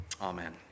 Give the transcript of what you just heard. Amen